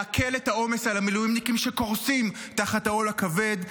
להקל את העומס על המילואימניקים שקורסים תחת העול הכבד,